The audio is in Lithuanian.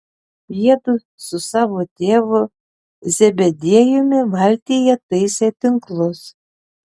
jiedu su savo tėvu zebediejumi valtyje taisė tinklus